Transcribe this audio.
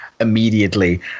immediately